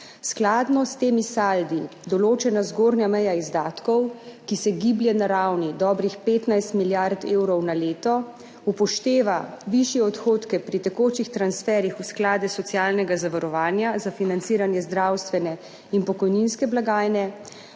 Skladno s temi saldi določena zgornja meja izdatkov, ki se giblje na ravni dobrih 15 milijard evrov na leto, upošteva višje odhodke pri tekočih transferih v sklade socialnega zavarovanja za financiranje zdravstvene in pokojninske blagajne,